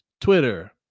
Twitter